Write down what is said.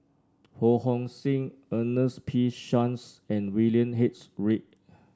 Ho Hong Sing Ernest P Shanks and William H Read